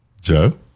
Joe